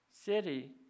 city